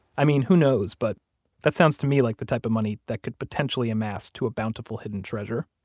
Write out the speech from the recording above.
i mean, who knows, but that sounds to me like the type of money that could potentially amass to a bountiful hidden treasure